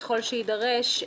ככל שיידרש,